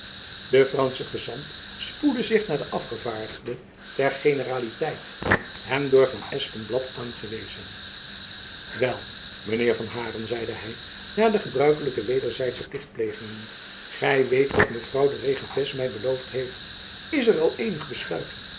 de fransche gezant spoedde zich naar den afgevaardigde ter generaliteit hem door van espenblad aangewezen wel mijn heer van haren zeide hy na de gebruikelijke wederzijdsche plichtplegingen gy weet wat mevrouw de regentes my beloofd heeft is er al eenig besluit